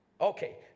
okay